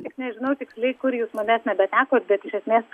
tik nežinau tiksliai kur jūs manęs nebetekot bet iš esmės